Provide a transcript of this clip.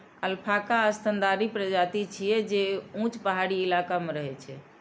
alpaca स्तनधारी प्रजाति छियै, जे ऊंच पहाड़ी इलाका मे रहै छै